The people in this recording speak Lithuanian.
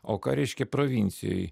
o ką reiškia provincijoj